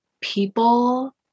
people